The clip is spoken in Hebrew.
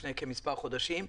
לפני מספר חודשים.